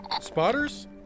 Spotters